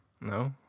No